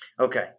Okay